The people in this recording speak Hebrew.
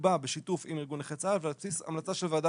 שנקבע בשיתוף עם ארגון נכי צה"ל ועל בסיס המלצה של ועדה